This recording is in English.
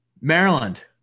Maryland